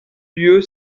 lieu